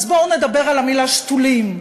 אז בואו נדבר על המילה שתולים.